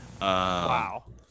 wow